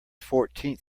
fourteenth